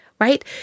right